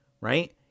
right